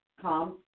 come